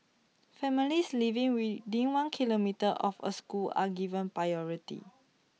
families living within one kilometre of A school are given priority